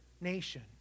nation